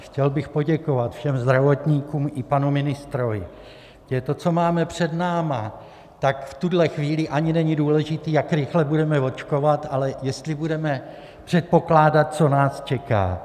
Chtěl bych poděkovat všem zdravotníkům i panu ministrovi, protože to, co máme před námi, tak v tuhle chvíli ani není důležité, jak rychle budeme očkovat, ale jestli budeme předpokládat, co nás čeká.